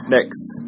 Next